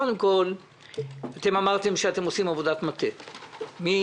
קודם כול, אמרתם שאתם עושים עבודת מטה מאפריל.